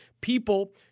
People